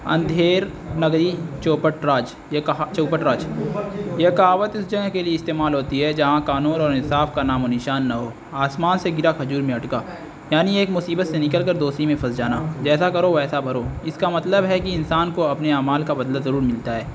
اندھیر نگری چوپٹ راج یہ کہا چوپٹ راج یہ کہاوت اس جگہ کے لیے استعمال ہوتی ہے جہاں قانون اور انصاف کا نام و نشان نہ ہو آسمان سے گرا کھجور میں اٹکا یعنی ایک مصیبت سے نکل کر دوسری میں پھنس جانا جیسا کرو ویسا بھرو اس کا مطلب ہے کہ انسان کو اپنے اعمال کا بدلا ضرور ملتا ہے